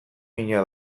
mina